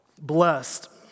Blessed